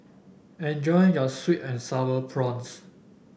enjoy your sweet and sour prawns